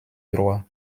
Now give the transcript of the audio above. droits